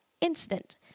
incident